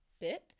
bit